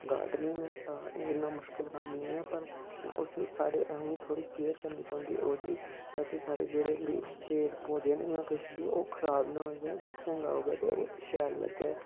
gardening इ'न्ना मुश्किल कम्म नेईं ऐ पर उसी साढ़े अहें गी थोह्ड़ी केयर करनी पौंदी ताकि साढ़े जेह्ड़े बी पेड़ पौधे न जां किश बी ओह् ख़राब ना होई जाए ते चंगा उगे ते ओह् शैल लग्गै